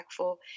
impactful